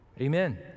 Amen